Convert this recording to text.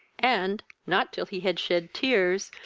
and, not till he had shed tears,